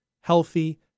healthy